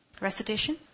Recitation